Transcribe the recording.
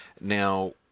Now